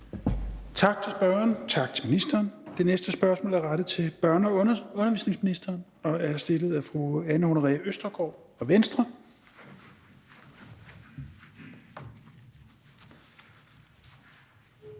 Tak til spørgeren, tak til ministeren. Det næste spørgsmål er rettet til børne- og undervisningsministeren og er stillet af fru Anne Honoré Østergaard fra Venstre.